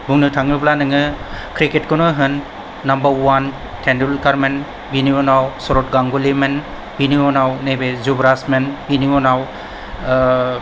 बुंनो थाङोब्ला नोङो क्रिकेटखौनो होन नाम्बार अवान टेन्डुलकारमोन बिनि उनाव सौरभ गांगुलि बिनि उनाव नैबे युभराजमोन बिनि उनाव